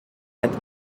and